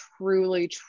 truly